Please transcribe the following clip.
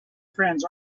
friends